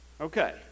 Okay